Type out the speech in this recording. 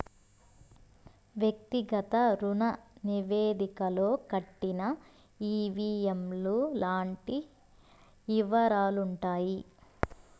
వ్యక్తిగత రుణ నివేదికలో కట్టిన ఈ.వీ.ఎం లు లాంటి యివరాలుంటాయి